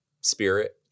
spirit